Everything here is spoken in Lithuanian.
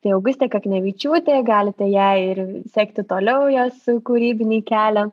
tai augustė kaknevičiūtė galite ją ir sekti toliau jos kūrybinį kelią